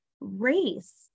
race